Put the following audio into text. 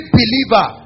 believer